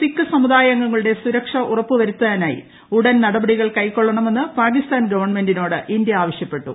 സിഖ് സമുദായ അംഗങ്ങളുടെ സുരക്ഷ ഉറപ്പുവരുത്താനായി ഉടൻ നടപടികൾ കൈക്കൊള്ളണമെന്ന് പാകിസ്ഥാൻ ഗവൺമെന്റിനോട് ഇന്ത്യ ആവശ്യപ്പെട്ടു